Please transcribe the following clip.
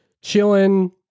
chilling